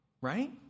right